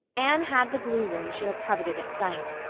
anne had the blue room she had coveted at sight.